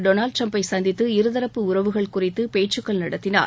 Donald ட்ரம்பை சந்தித்து இருதரப்பு உறவுகள் குறித்து பேச்சுக்கள் நடத்தினார்